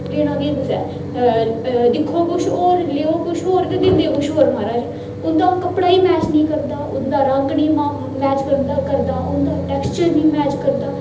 लेनां केह् कुसै दिक्खो कुछ होर लेओ कुछ होर ते दिंदे कुछ होर मारज उं'दा कपड़ा गै मैच नेईं करदा उं'दा रंग निं मैच करदा उं'दा टैक्सचर निं मैच करदा